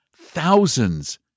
thousands